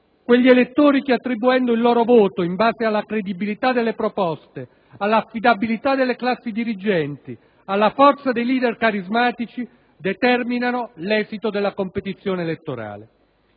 quegli elettori che attribuendo il loro voto in base alla credibilità delle proposte, all'affidabilità delle classi dirigenti, alla forza dei *leader* carismatici, determinano l'esito della competizione elettorale.